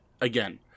again